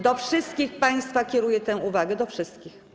Do wszystkich państwa kieruję tę uwagę - do wszystkich.